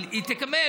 אבל היא תקבל,